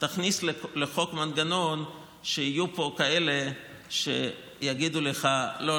תכניס לחוק מנגנון כך שיהיו פה כאלה שיגידו לך: לא,